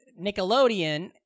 Nickelodeon